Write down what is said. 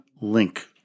LINK